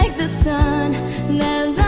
like the sun